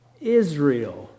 israel